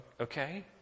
okay